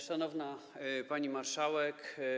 Szanowna Pani Marszałek!